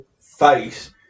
face